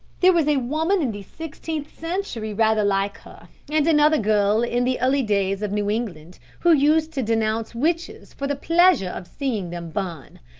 there was a woman in the sixteenth century rather like her, and another girl in the early days of new england, who used to denounce witches for the pleasure of seeing them burn,